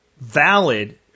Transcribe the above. valid